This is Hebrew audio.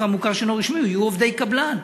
המוכר שאינו רשמי יהיו עובדי קבלן.